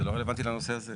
זה לא רלוונטי לנושא הזה.